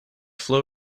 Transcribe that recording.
flow